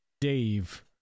Dave